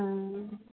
ஆ